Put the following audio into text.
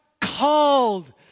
called